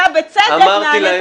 בצלאל, לא להפריע.